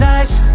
Nice